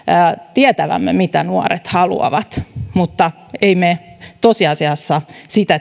tietävämme mitä nuoret haluavat mutta emme me tosiasiassa sitä